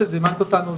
שזימנת אותנו,